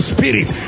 Spirit